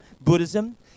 buddhism